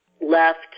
left